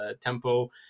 tempo